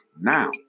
now